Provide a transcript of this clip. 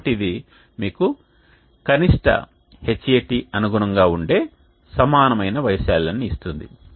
కాబట్టి ఇది మీకు కనిష్ట Hat అనుగుణంగా ఉండే సమానమైన వైశాల్యాన్ని ఇస్తుంది